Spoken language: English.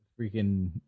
freaking